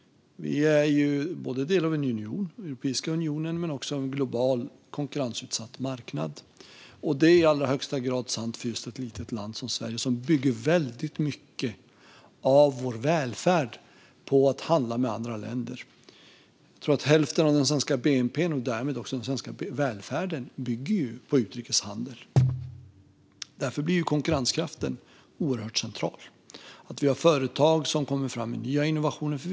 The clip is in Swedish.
Vi är del av en union, Europeiska unionen, och av en global, konkurrensutsatt marknad. Det är i allra högsta grad sant för ett litet land som Sverige, som bygger väldigt mycket av sin välfärd på att handla med andra länder. Hälften av Sveriges bnp, och därmed hälften av den svenska välfärden, bygger på utrikeshandel. Därför blir konkurrenskraften oerhört central, liksom att vi har företag som kommer fram med nya innovationer.